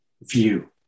view